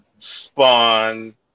spawn